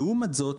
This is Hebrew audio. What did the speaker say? לעומת זאת,